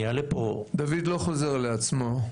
דוד לא חוזר לעצמו.